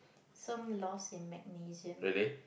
some loss in magnesium